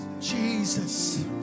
Jesus